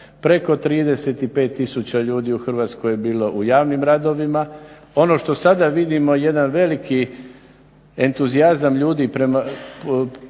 preko 35 tisuća ljudi u Hrvatskoj je bilo u javnim radovima. Ono što sada vidimo jedan veliki entuzijazam ljudi prema